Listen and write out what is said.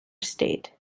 state